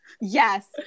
Yes